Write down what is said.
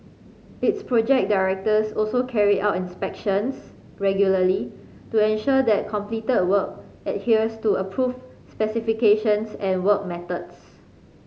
its project directors also carry out inspections regularly to ensure that completed work adheres to approved specifications and work methods